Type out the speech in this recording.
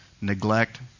neglect